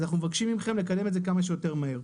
אז אנחנו מבקשים מכם לקדם את זה כמה שיותר מהר.